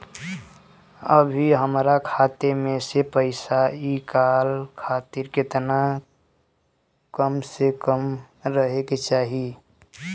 अभीहमरा खाता मे से पैसा इ कॉल खातिर केतना कम से कम पैसा रहे के चाही?